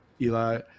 Eli